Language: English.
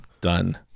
Done